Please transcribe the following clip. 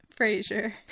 Frasier